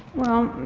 well,